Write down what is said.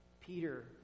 Peter